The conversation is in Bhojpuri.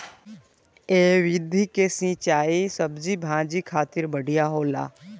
ए विधि के सिंचाई सब्जी भाजी खातिर बढ़िया होला